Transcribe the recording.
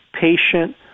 patient